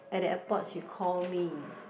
at the airport she call me